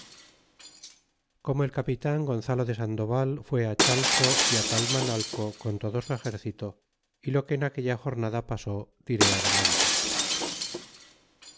como el apilan gonzalo de sandoval fuó á chalo ó á taimanalco con todo su exercito y lo que en aquella jornada pasó diré adelante